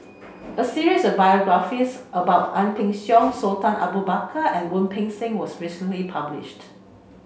a series of biographies about Ang Peng Siong Sultan Abu Bakar and Wu Peng Seng was recently published